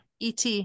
Et